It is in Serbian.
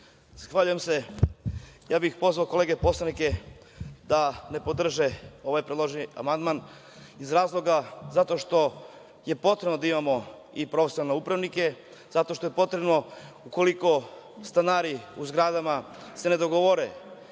Zahvaljujem se. Ja bih pozvao kolege poslanike da ne podrže ovaj predloženi amandman iz razloga zato što je potrebno da imamo i profesionalne upravnike, zato što je potrebno, ukoliko stanari u zgradama se ne dogovore